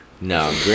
No